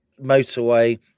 motorway